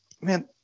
man